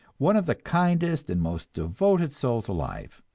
one of the kindest and most devoted souls alive,